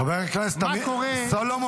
חבר הכנסת סולומון,